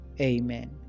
Amen